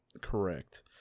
correct